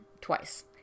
Twice